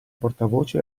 portavoce